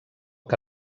que